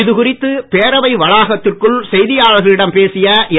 இது குறித்து பேரவை வளாகத்திற்குள் செய்தியாளர்களிடம் பேசிய என்